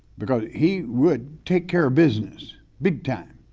because he would take care of business, big time.